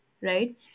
right